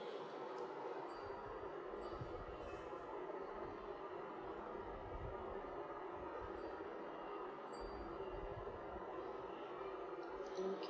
mm K